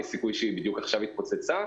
יש סיכוי שבדיוק עכשיו היא התפוצצה,